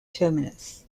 terminus